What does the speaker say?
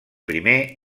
primer